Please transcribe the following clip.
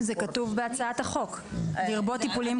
זה כתוב בהצעת החוק: "לרבות טיפולים